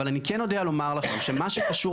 אבל אני כן יודע לומר לכם שמה שקשור